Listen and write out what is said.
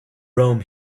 rome